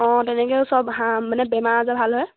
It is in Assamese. অঁ তেনেকৈও চব হাঁহ মানে বেমাৰ আজাৰ ভাল হয়